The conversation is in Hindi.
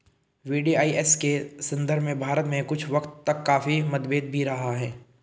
वी.डी.आई.एस के संदर्भ में भारत में कुछ वक्त तक काफी मतभेद भी रहा है